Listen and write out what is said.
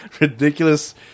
ridiculous